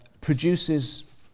produces